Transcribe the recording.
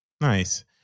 Nice